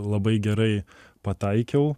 labai gerai pataikiau